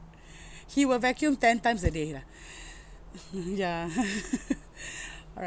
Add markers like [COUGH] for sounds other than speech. [BREATH] he will vacuum ten times a day lah [BREATH] [LAUGHS] ya [LAUGHS] [BREATH] alright